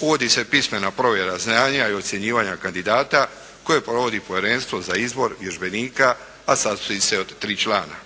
Uvodi se pismena provjera znanja i ocjenjivanja kandidata koje provodi Povjerenstvo za izbor vježbenika a sastoji se od tri člana.